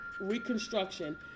reconstruction